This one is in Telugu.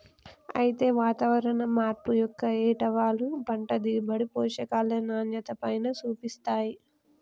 అయితే వాతావరణం మార్పు యొక్క ఏటవాలు పంట దిగుబడి, పోషకాల నాణ్యతపైన సూపిస్తాయి